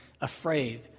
afraid